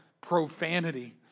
profanity